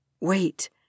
Wait